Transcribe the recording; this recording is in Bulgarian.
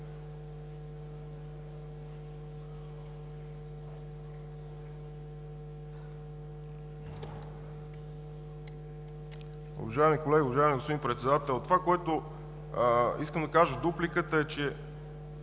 Уважаеми колеги, уважаеми господин Председател! Това, което искам да кажа в дупликата, е, че